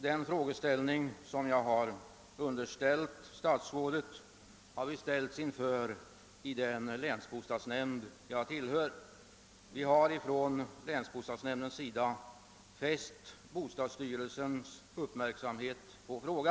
Det problem som jag har underställt statsrådet har vi också ställts inför i den länsbostadsnämnd jag tillhör, och vi har fäst bostadsstyrelsens uppmärksamhet på det.